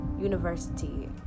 university